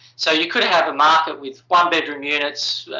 so, you could have a market with one bedroom units,